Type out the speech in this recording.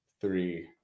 three